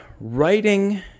writing